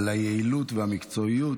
על היעילות והמקצועיות.